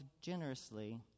generously